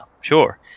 sure